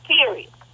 Period